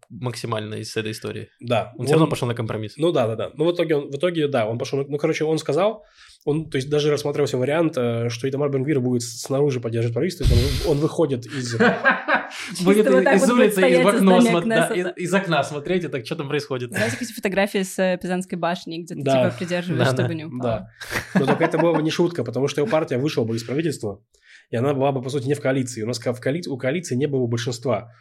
максимально из этой истории. Да. Он всё равно Он- пошёл на компромисс. Ну да, да, да. Ну, в итоге он- в итоге, да, он пошёл на- ну, короче, он сказал, он, то есть, даже рассматривался вариант, э, что Итамар Бен-Гвир будет с- снаружи поддерживать правительство, и он вы- он выходит из- Чисто Будет вот и- так из вот будет улицы, из стоять из окна здания смо- да, Кнессета. из- из окна смотреть и так, что там происходит. Знаете, какие-то фотографии с, э, Пизанской башней, где ты типа Да. придерживаешь, Да, да. чтобы не Да. упала. Да. Но только это было бы не шутка, потому что его партия вышла бы из правительства, и она была бы, по сути, не в коалиции. У нас ка- в коали- у коалиции не было бы большинства.